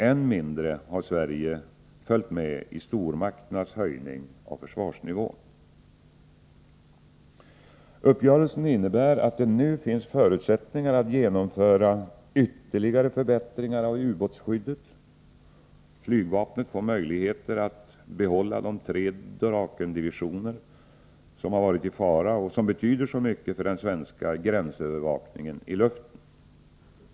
Än mindre har Sverige följt med i stormakternas höjning av försvarsnivån. Uppgörelsen innebär att det nu finns förutsättningar att genomföra ytterligare förbättringar av ubåtsskyddet. Flygvapnet får möjligheter att behålla de tre Drakendivisioner som har varit i fara och som betyder så mycket för den svenska gränsövervakningen från luften.